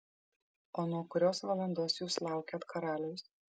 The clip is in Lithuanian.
o nuo kurios valandos jūs laukėt karaliaus